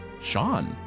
sean